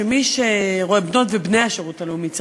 להגיד: בנות ובני השירות הלאומי.